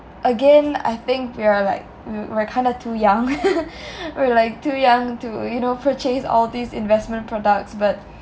again I think we are like we're kind of too young we're like too young to you know purchase all these investment products but